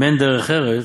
אם אין דרך ארץ,